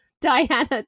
diana